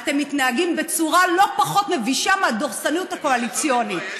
אתם מתנהגים בצורה לא פחות מבישה מהדורסנות הקואליציונית.